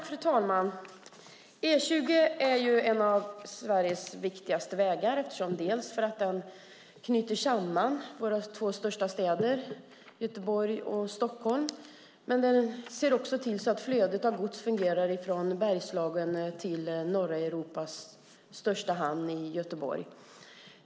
Fru talman!